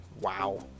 Wow